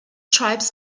tribes